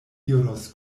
iros